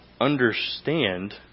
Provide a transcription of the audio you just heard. understand